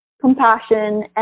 compassion